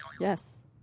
Yes